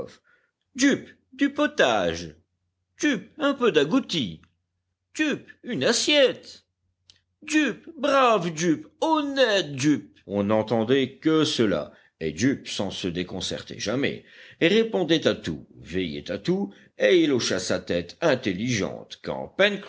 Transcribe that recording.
du potage jup un peu d'agouti jup une assiette jup brave jup honnête jup on n'entendait que cela et jup sans se déconcerter jamais répondait à tout veillait à tout et il hocha sa tête intelligente quand